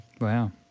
Wow